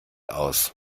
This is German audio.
aus